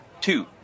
Two